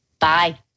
bye